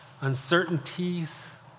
uncertainties